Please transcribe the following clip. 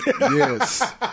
Yes